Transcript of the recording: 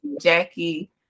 Jackie